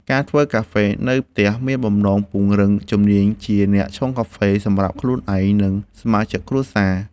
ការធ្វើកាហ្វេនៅផ្ទះមានបំណងពង្រឹងជំនាញជាអ្នកឆុងកាហ្វេ សម្រាប់ខ្លួនឯង និងសមាជិកគ្រួសារ។